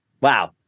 Wow